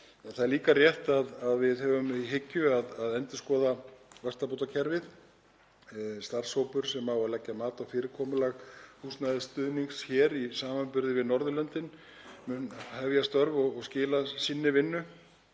það er líka rétt að við höfum í hyggju að endurskoða vaxtabótakerfið. Starfshópur sem á að leggja mat á fyrirkomulag húsnæðisstuðnings hér í samanburði við Norðurlöndin mun hefja störf og skila sinni vinnu.